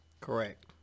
Correct